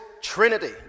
trinity